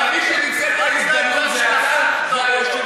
אבל מי שניצל את ההזדמנות זה אתה, רק,